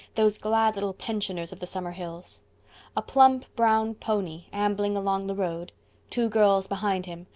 those glad little pensioners of the summer hills a plump brown pony ambling along the road two girls behind him,